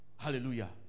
Hallelujah